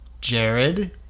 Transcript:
Jared